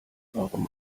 warum